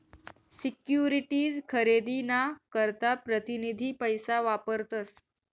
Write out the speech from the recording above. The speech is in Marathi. सिक्युरीटीज खरेदी ना करता प्रतीनिधी पैसा वापरतस